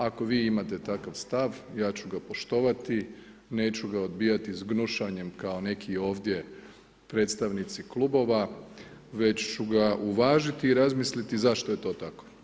Ako vi imate takav stav ja ću ga poštovati, neću ga odbijati s gnušanjem kao neki ovdje predstavnici klubova, već ću ga uvažiti i razmisliti zašto je to tako.